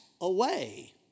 away